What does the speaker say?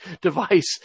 device